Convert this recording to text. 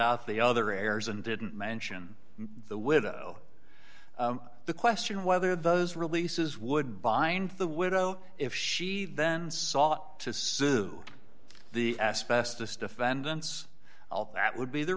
out the other errors and didn't mention the widow the question of whether those releases would bind the widow if she then saw to sue the asbestos defendants that would be the